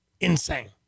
insane